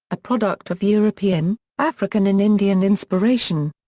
a product of european, african and indian inspiration.